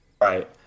Right